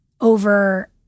over